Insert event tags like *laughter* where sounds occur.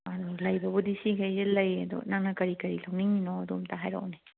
*unintelligible* ꯂꯩꯕꯕꯨꯗꯤ ꯁꯤꯒꯩꯁꯦ ꯂꯩꯌꯦ ꯑꯗꯣ ꯅꯪꯅ ꯀꯔꯤ ꯀꯔꯤ ꯂꯧꯅꯤꯡꯉꯤꯅꯣꯗꯣ ꯑꯗꯨ ꯑꯝꯇ ꯍꯥꯏꯔꯛꯑꯣꯅꯦ